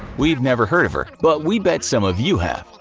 we've never heard of her, but we bet some of you have.